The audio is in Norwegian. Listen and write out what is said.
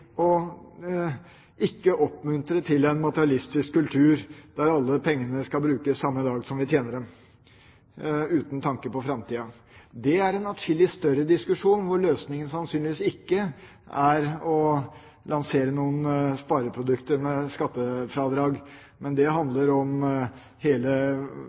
å oppmuntre til en materialistisk kultur der alle pengene skal brukes samme dag som vi tjener dem, uten tanke på framtida. Det er en atskillig større diskusjon, der løsningen sannsynligvis ikke er å lansere noen spareprodukter med skattefradrag. Det handler om hele